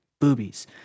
boobies